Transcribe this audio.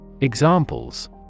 Examples